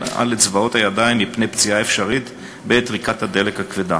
על אצבעות הידיים מפני פציעה אפשרית בעת טריקת הדלת הכבדה.